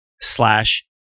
slash